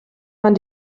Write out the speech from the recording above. man